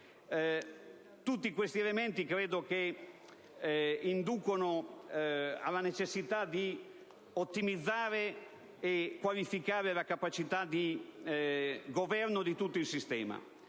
Tutti questi elementi inducono alla necessità di ottimizzare e qualificare la capacità di governo di tutto il sistema,